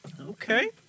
Okay